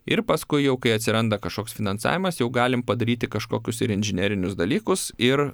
ir paskui jau kai atsiranda kažkoks finansavimas jau galim padaryti kažkokius ir inžinerinius dalykus ir